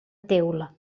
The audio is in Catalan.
teula